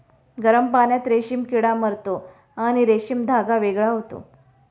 गरम पाण्यात रेशीम किडा मरतो आणि रेशीम धागा वेगळा होतो